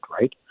right